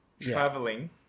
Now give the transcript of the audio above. traveling